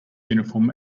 uniform